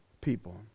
people